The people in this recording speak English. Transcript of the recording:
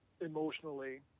emotionally